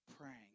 praying